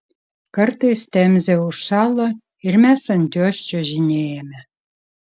kartais temzė užšąla ir mes ant jos čiužinėjame